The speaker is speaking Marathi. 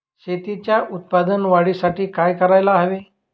शेतीच्या उत्पादन वाढीसाठी काय करायला हवे?